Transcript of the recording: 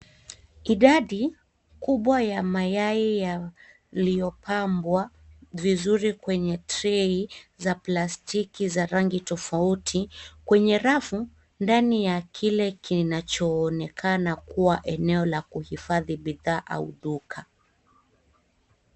Idadi kubwa ya mayai yaliyopangwa vizuri kwenye trei za plastiki za rangi tofauti kwenye rafu, ndani ya kile kinachoonekana kuwa eneo la kuhifadhi bidhaa au duka.